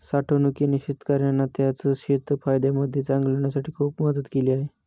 साठवणूकीने शेतकऱ्यांना त्यांचं शेत फायद्यामध्ये चालवण्यासाठी खूप मदत केली आहे